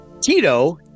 Tito